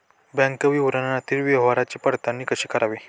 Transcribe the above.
Bank विवरणावरील व्यवहाराची पडताळणी कशी करावी?